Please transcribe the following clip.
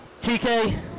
TK